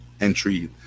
entry